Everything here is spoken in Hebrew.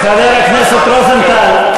חבר הכנסת רוזנטל,